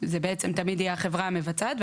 זה בעצם תמיד יהיה החברה המבצעת,